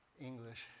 English